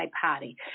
party